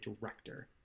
director